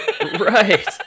Right